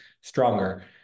stronger